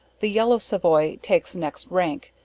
the yellow savoy, takes next rank,